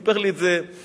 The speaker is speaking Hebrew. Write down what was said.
סיפר לי את זה השבוע,